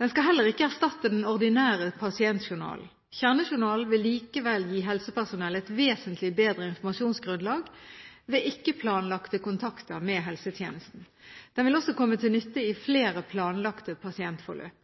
Den skal heller ikke erstatte den ordinære pasientjournalen. Kjernejournalen vil likevel gi helsepersonell et vesentlig bedre informasjonsgrunnlag ved ikke-planlagte kontakter med helsetjenesten. Den vil også komme til nytte i flere planlagte pasientforløp.